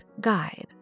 guide